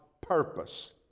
purpose